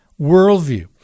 worldview